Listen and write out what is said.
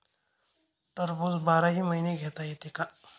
टरबूज बाराही महिने घेता येते का?